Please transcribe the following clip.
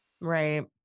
Right